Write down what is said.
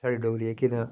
साढञी डोगरी जेहकी तां